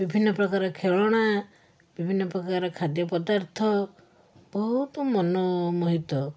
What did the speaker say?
ବିଭିନ୍ନ ପ୍ରକାର ଖେଳଣା ବିଭିନ୍ନ ପ୍ରକାର ଖାଦ୍ୟ ପଦାର୍ଥ ବହୁତ ମନ ମୋହିତ